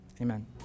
Amen